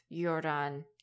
Jordan